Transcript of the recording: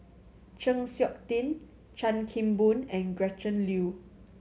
Chng Seok Tin Chan Kim Boon and Gretchen Liu